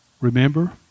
Remember